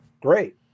Great